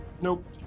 nope